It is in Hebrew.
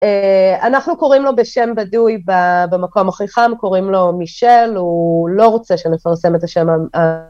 אנחנו קוראים לו בשם בדוי במקום הכי חם, קוראים לו מישל, הוא לא רוצה שנפרסם את השם...